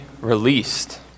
released